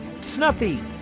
Snuffy